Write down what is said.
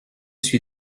suis